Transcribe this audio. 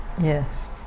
yes